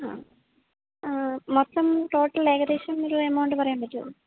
ആ മൊത്തം ടോട്ടൽ ഏകദേശം ഒരു എമൗണ്ട് പറയാന് പറ്റുമോ